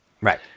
right